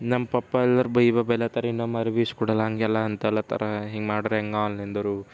ನಮ್ಮ ಪಪ್ಪ ಎಲ್ಲರೂ ಬೈಬ್ ಬೈಲತ್ತಾರು ಇನ್ನಮ್ಮ ಅರಿವೆ ಈಸಿಕೊಡಲ್ಲ ಹಾಗೆಲ್ಲ ಅಂತಲತ್ತಾರ ಹೀಗೆ ಮಾಡಿದ್ರೆ ಹೇಗೆ ಆನ್ಲೈನ್ದವ್ರು